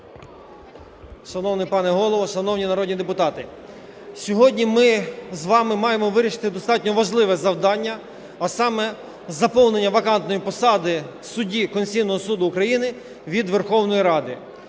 Шановний пане Голово, шановні народні депутати! Сьогодні ми з вами маємо вирішити достатньо важливе завдання, а саме: заповнення вакантної посади судді Конституційного Суду України від Верховної Ради.